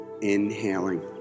Inhaling